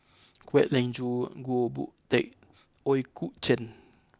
Kwek Leng Joo Goh Boon Teck Ooi Kok Chuen